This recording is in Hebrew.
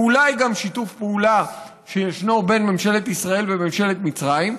ואולי גם שיתוף פעולה שיש בין ממשלת ישראל לממשלת מצרים,